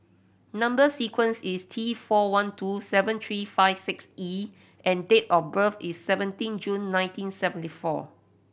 number sequence is T four one two seven three five six E and date of birth is seventeen June nineteen seventy four